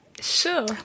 Sure